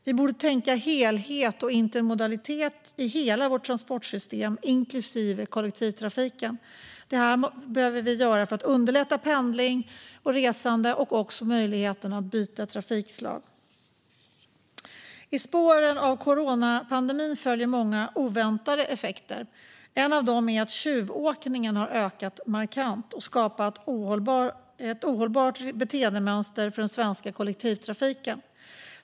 Vi borde tänka helhet och intermodalitet i hela vårt transportsystem, inklusive kollektivtrafiken, för att underlätta pendling och resande och möjligheten att byta trafikslag. I spåren av coronapandemin följer många oväntade effekter. En av dessa är att tjuvåkningen har ökat markant och skapat ett ohållbart beteendemönster i den svenska kollektivtrafiken.